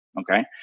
okay